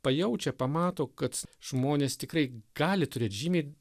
pajaučia pamato kad žmonės tikrai gali turėt žymiai